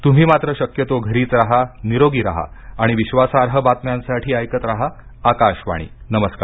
तुम्ही मात्र शक्यतो घरीच रहानिरोगी रहा आणि विश्वासार्ह बातम्यांसाठी ऐकत राहा आकाशवाणी नमस्कार